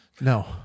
No